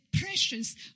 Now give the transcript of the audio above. precious